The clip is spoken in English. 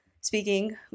speaking